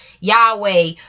Yahweh